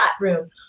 room